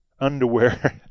underwear